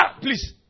Please